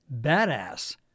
badass